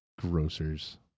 grocers